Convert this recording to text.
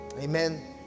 Amen